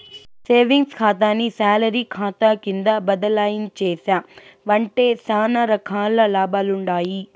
savings కాతాని salary కాతా కింద బదలాయించేశావంటే సానా రకాల లాభాలుండాయి